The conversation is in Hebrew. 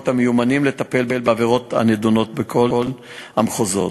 המיומנים לטפל בעבירות הנדונות בכל המחוזות.